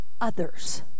others